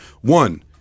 one